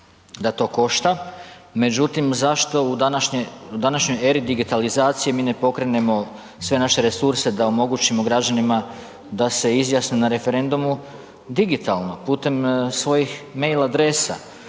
da to košta. Međutim, zašto u današnjoj eri digitalizacije mi ne pokrenemo sve naše resurs da omogućimo građanima da se izjasne na referendumu digitalno putem svojih mail adresa.